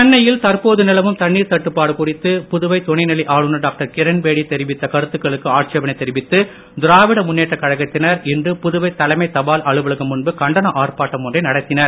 சென்னையில் தற்போது நிலவும் தண்ணீர் தட்டுப்பாடு குறித்து புதுவை துணைநிலை ஆளுநர் டாக்டர் கிரண்பேடி தெரிவித்த கருத்துகளுக்கு ஆட்சேபனை தெரிவித்து திராவிட முன்னேற்றக் கழகத்தினர் இன்று புதுவை தலைமை தபால் அலுவலகம் முன்பு கண்டன ஆர்ப்பாட்டம் ஒன்றை நடத்தினர்